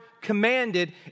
commanded